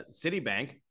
Citibank